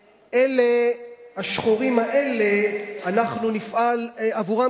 השחורים האלה אנחנו נפעל עבורם,